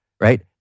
right